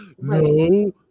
No